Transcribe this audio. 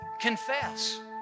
confess